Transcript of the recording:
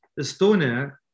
Estonia